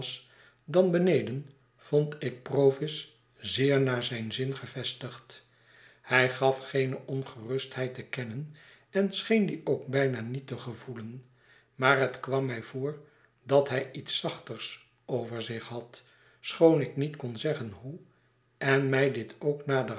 dan beneden vond ik provis zeer naar zijn zin gevestigd hij gaf geene ongerustheid te kennen en scheen die ook bijna niet te gevoelen maar net kwam mij voor dat hij iets zachters over zich had schoon ik niet kon zeggen hoe en mij dit ook naderhand